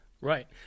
Right